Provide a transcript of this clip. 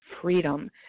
freedom